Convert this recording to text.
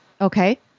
Okay